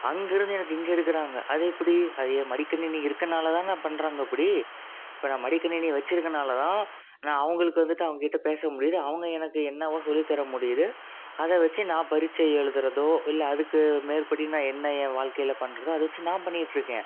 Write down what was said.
அங்கேருந்து எனக்கு இங்கே எடுக்கிறாங்க அது எப்படி அது ஏன் மடிக்கணினி இருக்கிறனால தான் பண்ணுறாங்க அப்படி இப்போ நான் மடிக்கணினி வச்சிருக்கிறனாலதான் நான் அவங்களுக்கு வந்துட்டு அவங்கக்கிட்ட பேச முடியுது அவங்க எனக்கு என்னவோ சொல்லி தர முடியிது அதை வச்சி நான் பரிட்ச்சை எழுதுகிறதோ இல்லை அதுக்கு மேற்படி நான் என்ன என் வாழ்க்கைல பண்ணுறதோ அதை வச்சி நான் பண்ணிட்டிருக்கேன்